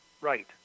Right